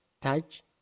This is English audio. touch